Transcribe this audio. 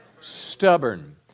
stubborn